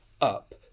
up